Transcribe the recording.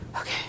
Okay